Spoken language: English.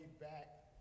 back